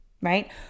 right